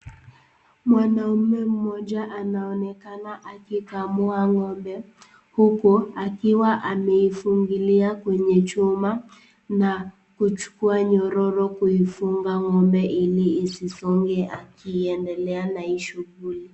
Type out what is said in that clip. Mwanaume mmoja anaonekana akikamua ng'ombe, huku akiwa ameifungilia kwenye chuma na kuchukua nyororo kuifunga ng'ombe ili isisonge akiendelea na hii shughuli.